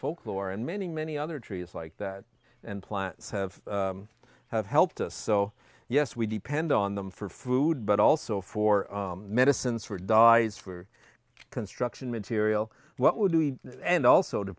folklore and many many other trees like that and plants have have helped us so yes we depend on them for food but also for medicines for dies for construction material what we're doing and also to